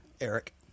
Eric